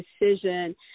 decision